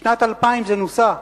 בשנת 2000 זה נוסה.